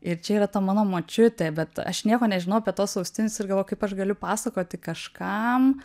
ir čia yra ta mano močiutė bet aš nieko nežinau apie tuos austinius ir galvoju kaip aš galiu pasakoti kažkam